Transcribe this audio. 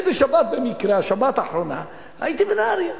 במקרה בשבת האחרונה הייתי בנהרייה,